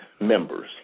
members